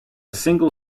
single